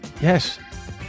yes